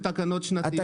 התקנות הן תקנות שנתיות.